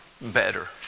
better